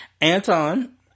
Anton